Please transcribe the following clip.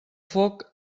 foc